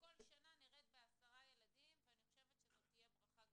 שכל שנה נרד בעשרה ילדים ואני חושבת שזו תהיה ברכה גדולה.